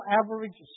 average